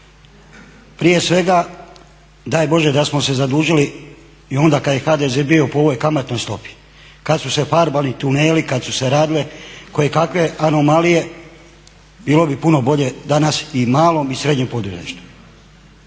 Prije svega daj Bože da smo se zadužili i onda kad je HDZ bio po ovoj kamatnoj stopi, kad su se farbali tuneli, kad su se radile kojekakve anomalije, bilo bi puno bolje danas i malom i srednjem poduzetništvu.